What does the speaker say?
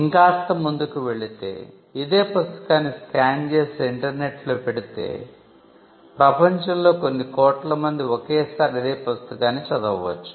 ఇంకాస్త ముందుకు వెళ్ళితే ఇదే పుస్తకాన్ని స్కాన్ చేసి ఇంటర్నెట్ లో పెడితే ప్రపంచంలో కొన్ని కోట్లమంది ఒకే సారి అదే పుస్తకాన్ని చదవవచ్చు